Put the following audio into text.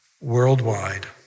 worldwide